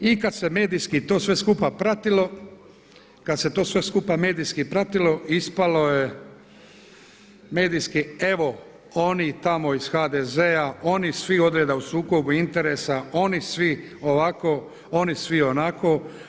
I kada se medijski to sve skupa pratilo, kada se to sve skupa medijski pratilo ispalo je medijski evo oni tamo iz HDZ-a, oni su svi od reda u sukobu interesa, oni svi ovako, oni svi onako.